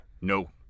No